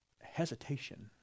hesitation